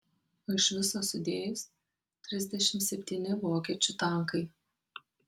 o iš viso sudėjus trisdešimt septyni vokiečių tankai